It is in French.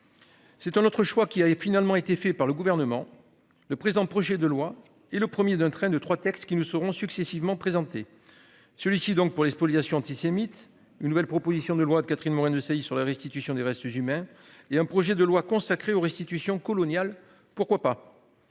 C'est un autre choix, qui avait finalement été fait par le gouvernement. Le président, projet de loi et le 1er d'un train de 3 textes qui nous seront successivement présenté celui-ci donc pour les spoliations antisémites. Une nouvelle proposition de loi de Catherine Morin-Desailly sur la restitution des restes d'humains et un projet de loi consacré aux restitutions coloniale. Pourquoi pas.